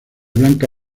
blanca